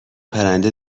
پرنده